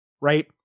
right